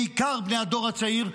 בעיקר בני הדור הצעיר,